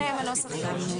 הנוסח גם נמצא בפניהם.